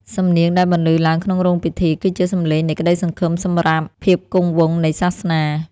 សំនៀងដែលបន្លឺឡើងក្នុងរោងពិធី គឺជាសម្លេងនៃក្ដីសង្ឃឹមសម្រាប់ភាពគង់វង្សនៃសាសនា។